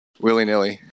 willy-nilly